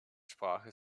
sprache